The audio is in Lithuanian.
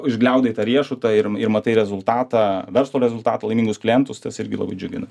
išgliaudai tą riešutą ir ir matai rezultatą verslo rezultatą laimingus klientus tas irgi labai džiugina